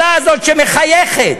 הרב: